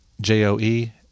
J-O-E